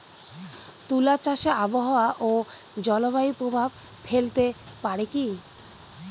তুলা চাষে আবহাওয়া ও জলবায়ু প্রভাব ফেলতে পারে কি?